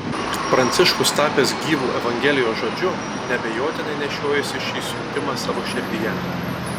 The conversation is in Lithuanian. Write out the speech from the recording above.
pranciškus tapęs gyvu evangelijos žodžiu neabejotinai nešiojosi šį siuntimą savo širdyje